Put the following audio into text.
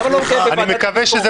למה זה לא מתקיים --- אני מקווה שזה